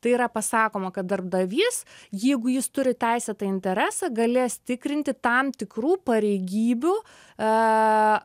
tai yra pasakoma kad darbdavys jeigu jis turi teisėtą interesą galės tikrinti tam tikrų pareigybių a